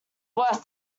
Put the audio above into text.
worse